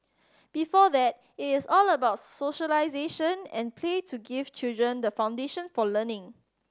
before that it is all about socialisation and play to give children the foundation for learning